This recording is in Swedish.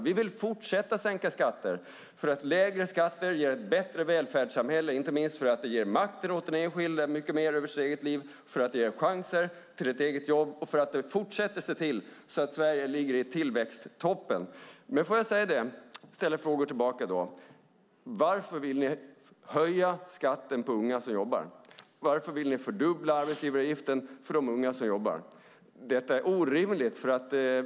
Vi vill fortsätta att sänka skatter därför att lägre skatter ger ett bättre välfärdssamhälle, inte minst för att det ger makten mycket mer åt den enskilde över sitt eget liv, för att det ger chanser till ett eget jobb och för att det gör att Sverige fortsatt ligger i tillväxttoppen. Får jag ställa frågor tillbaka: Varför vill ni höja skatten på unga som jobbar? Varför vill ni fördubbla arbetsgivaravgiften för de unga som jobbar? Detta är orimligt.